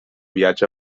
viatge